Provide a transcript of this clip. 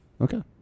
Okay